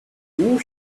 too